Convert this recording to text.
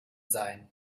sein